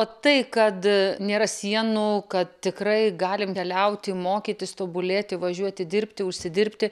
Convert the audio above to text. o tai kad nėra sienų kad tikrai galim keliauti mokytis tobulėti važiuoti dirbti užsidirbti